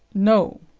no.